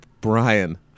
Brian